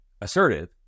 assertive